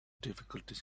difficulties